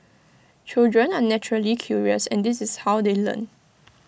children are naturally curious and this is how they learn